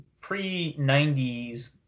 pre-90s